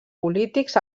polítics